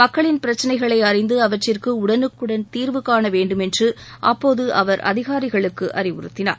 மக்களின் பிரச்சனைகளை அறிந்து அவற்றிற்கு உடனுக்குடன் தீர்வுகாண வேண்டுமென்று அப்போது அவர் அதிகாரிகளுக்கு அறிவுறுத்தினார்